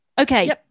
Okay